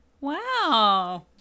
Wow